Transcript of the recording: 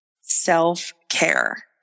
Self-care